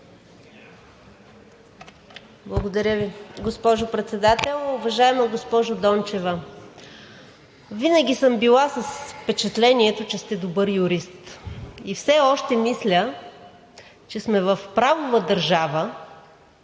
Благодаря Ви, госпожо Председател. Уважаема госпожо Дончева, винаги съм била с впечатлението, че сте добър юрист. Все още мисля, че сме в правова държава,